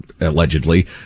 allegedly